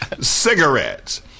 cigarettes